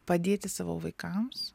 padėti savo vaikams